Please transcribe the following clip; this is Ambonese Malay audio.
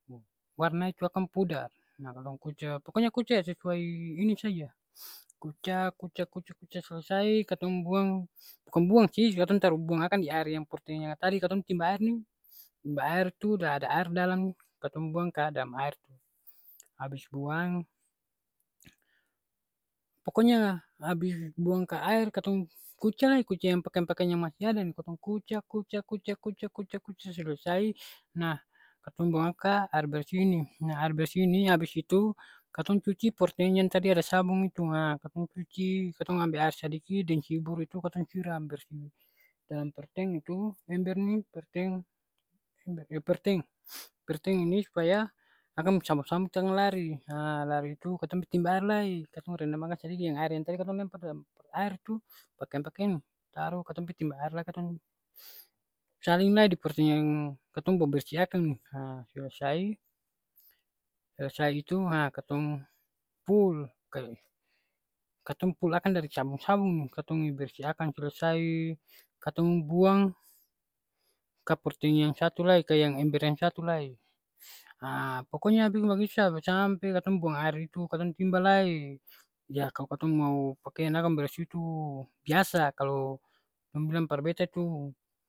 Warna itu akang pudar. Na katong kuca, pokonya kuca ya sesuai ini saja. Kuca kuca kuca kuca selesai, katong buang, bukang buang sih, katong taru buang akang di aer yang porteng yang tadi katong timba aer ni, timba aer tu la ada aer dalam, katong buang ka dalam aer tu. Abis buang, pokonya abis buang ka aer katong kuca lai, kuca yang pakeang-pakeang yang masih ada ni. Katong kuca kuca kuca kuca kuca kuca selesai, nah katong buang ka aer bersih ni. Nah aer bersih ni abis itu katong cuci porteng yang tadi ada sabong itu. Ha katong cuci, katong ambe aer sadiki deng sibur itu katong siram bersi. Dalam parteng itu embernya itu perteng, pake perteng. Perteng ini supaya akang pung sabong-sabong ini jang lari. Ha lari itu katong pi timba aer lai, katong rendam akang sadiki deng aer yang tadi katong lempar dalam aer tu pakiang-pakiang taru, katong pi timba aer lai katong salin lai di porteng yang katong mo bersi akang ni. Ha selesai, selesai itu, ha katong pul ke. Katong pul akang dari sabong-sabong katong e bersih akang selesai, katong buang ka porteng yang satu lai, ka ember yang satu lai. Haa pokonya biking bagitu sa, sampe katong buang aer itu, katong timba lai. Yah kalo katong mau pakean akang bersih tu, biasa kalo dong bilang par beta itu